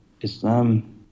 Islam